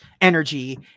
energy